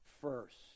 first